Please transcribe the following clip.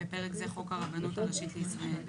זה מתן תעודת הכשר או כל מצע כשרותי אחר מטעם